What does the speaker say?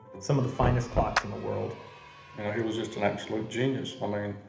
some of the finest clocks in the world and he was just an absolute genius. um i mean,